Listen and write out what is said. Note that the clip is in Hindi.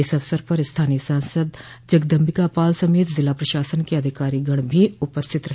इस अवसर पर स्थानीय सांसद जगदम्बिका पाल समेत जिला प्रशासन के अधिकारीगण भी उपस्थित रहे